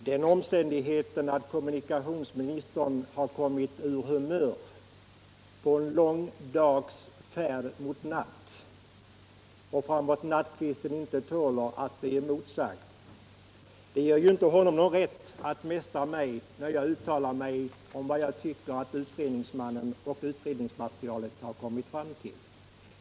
Herr talman! Den omständigheten att kommunikationsministern har kommit ur humör efter en lång dags färd mot natt och fram på nattkvisten inte tål att bli emotsagd ger honom inte någon rätt att mästra mig, när jag uttalar mig om vad utredningsmannen kommit fram till.